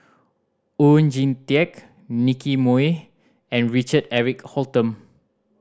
Oon Jin Teik Nicky Moey and Richard Eric Holttum